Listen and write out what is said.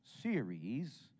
series